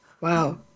Wow